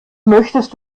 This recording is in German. möchtest